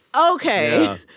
Okay